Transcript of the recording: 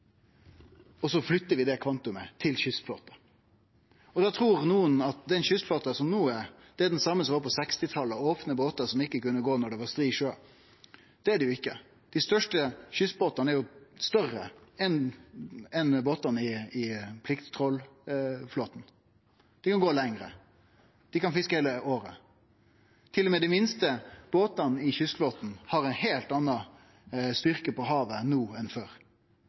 og så flyttar vi det kvantumet til kystflåten. Da trur nokon at den kystflåten som er no, er den same som var på 1960-talet, med opne båtar som ikkje kunne gå når det var stri sjø. Det er det ikkje. Dei største kystbåtane er større enn båtane i plikttrålflåten. Dei kan gå lenger. Dei kan fiske heile året. Til og med dei minste båtane i kystflåten har ein heilt annan styrke på havet no enn før.